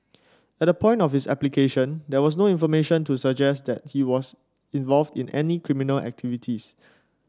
at the point of his application there was no information to suggest that he was involved in any criminal activities